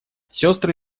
сестры